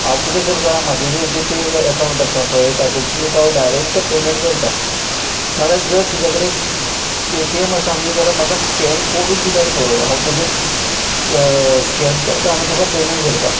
हांव कितें करता म्हाजें जें जी पे एकावंट आसा पय तातुंतसून तुका हांव डायरेक्ट पेमॅंट करतां ना जाल्यार जर तुज्या कडेन पेटीएम आसा न्ही जाल्यार म्हाका स्कॅन कॉडूच दिल्यार पुरो हांव तेजेर स्कॅन करतां आनी तुका पेमॅंट करतां